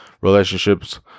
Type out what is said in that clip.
relationships